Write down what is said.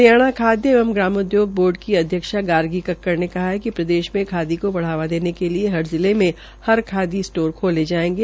हरियाणा खाद्य एवं ग्रामोद्योग बोर्ड की अध्यक्ष गार्गी कक्कड़ ने कहा है कि प्रदेश में खादी को बढ़ावा देने के लिए हर जिले के हरखादी स्टोर खोले जायेंगे